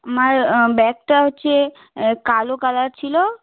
আমার ব্যাগটা হচ্ছে কালো কালার ছিলো